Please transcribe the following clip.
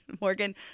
Morgan